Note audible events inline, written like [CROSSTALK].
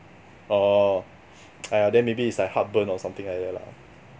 oh [NOISE] !aiya! then maybe it's like heartburn or something like that lah